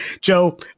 joe